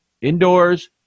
indoors